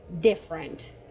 different